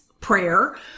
prayer